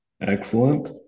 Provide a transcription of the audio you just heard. Excellent